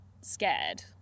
scared